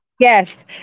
Yes